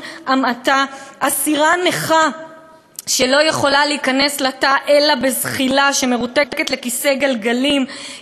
אסירה נכה שצריכה להיכנס בזחילה לתא היחידי שאליו היא